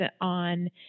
on